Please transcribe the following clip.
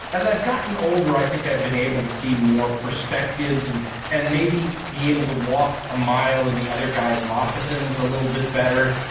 as i've gotten older, i think i've been able to see more perspectives and and maybe be able to walk a mile in the other guy's moccasins a little bit better.